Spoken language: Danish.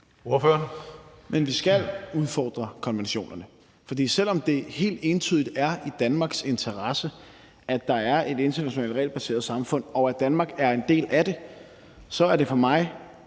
(V): Vi skal udfordre konventionerne. For selv om det helt entydigt er i Danmarks interesse, at der er et internationalt regelbaseret samfund, og at Danmark er en del af det, så er det for mig